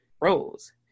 roles